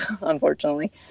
unfortunately